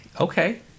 Okay